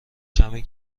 کمی